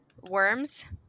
worms